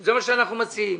וזה מה שאנחנו מציעים.